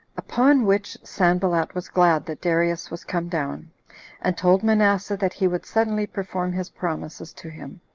upon which sanballat was glad that darius was come down and told manasseh that he would suddenly perform his promises to him,